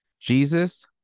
Jesus